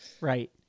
Right